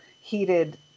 heated